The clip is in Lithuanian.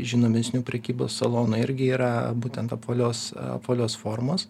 žinomesnių prekybos salonų irgi yra būtent apvalios apvalios formos